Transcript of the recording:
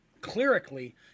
clerically